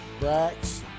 Brax